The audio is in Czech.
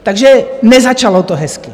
Takže nezačalo to hezky.